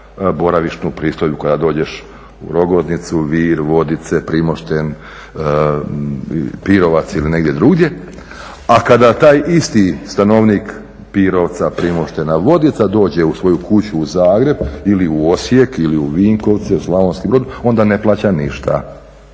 boravišnu pristojbu kada dođeš u Rogoznicu, Vir, Vodice, Primošten Pirovac ili negdje drugdje. A kada taj isti stanovnik Pirovca, Primoštena, Vodica dođe u svoju kuću u Zagreb ili u Osijek ili u Vinkovce, u Slavonski Brod onda ne plaća ništa,